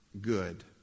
good